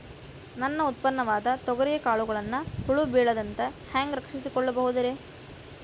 ನನ್ನ ಉತ್ಪನ್ನವಾದ ತೊಗರಿಯ ಕಾಳುಗಳನ್ನ ಹುಳ ಬೇಳದಂತೆ ಹ್ಯಾಂಗ ರಕ್ಷಿಸಿಕೊಳ್ಳಬಹುದರೇ?